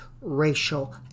racial